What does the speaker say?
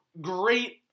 great